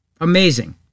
Amazing